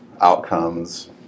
outcomes